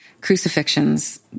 crucifixions